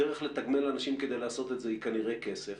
הדרך לתגמל אנשים כדי לעשות את זה היא כנראה כסף,